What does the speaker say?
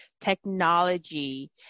technology